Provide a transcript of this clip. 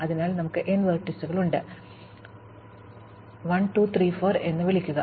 അതിനാൽ ഞങ്ങൾക്ക് n വെർട്ടീസുകൾ ഉണ്ട് ഞങ്ങൾ അത് ചെയ്യും n വരെ 1 2 3 4 എന്ന് വിളിക്കുക